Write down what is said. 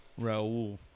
Raul